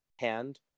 hand